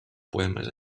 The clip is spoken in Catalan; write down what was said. poemes